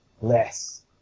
less